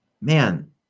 man